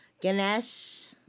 Ganesh